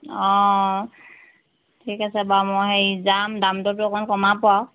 অঁ ঠিক আছে বাৰু মই হেৰি যাম দাম দৰটো অকণ কমাব আৰু